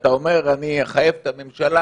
כשאתה אומר: אני אחייב את הממשלה